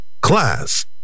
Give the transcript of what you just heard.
Class